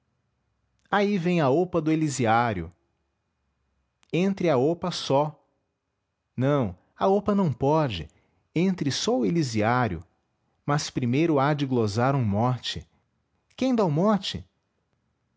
aí vem a opa do elisiário entre a opa só não a opa não pode entre só o elisiário mas primeiro há de glosar um mote quem dá o mote